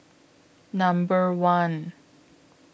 Number one